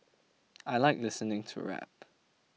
I like listening to rap